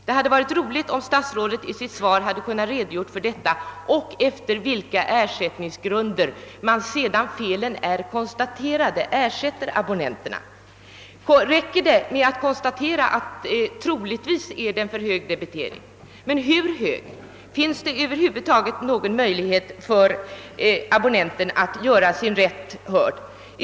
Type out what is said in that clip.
Det hade varit roligt om statsrådet i sitt svar kunnat redogöra för den saken och talat om efter vilka grunder man ersätter abonnenterna sedan felet är konstaterat. Räcker det med att konstatera att det troligen föreligger för hög markering? Hur hög i så fall? Finns det över huvud taget någon möjlighet för abonnenten att göra sin rätt gällande?